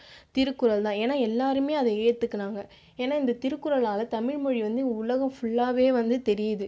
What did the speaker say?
திருக்குறள் தான் ஏன்னால் எல்லாேருமே அதை ஏற்றுக்கினாங்க ஏன்னால் இந்த திருக்குறளால் தமிழ் மொழி வந்து உலகம் ஃபுல்லாகவே வந்து தெரியுது